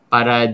Para